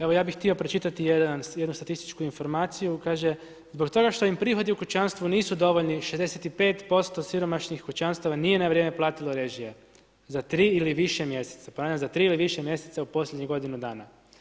Evo ja bih htio pročitati jednu statističku informaciju, kaže: zbog toga što im prihodi u kućanstvu nisu dovoljni, 65% siromašnih kućanstava nije na vrijeme platilo režije za 3 ili više mjeseca, ponavljam za 3 ili više mjeseca u posljednjih godinu dana.